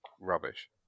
rubbish